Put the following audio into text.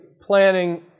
planning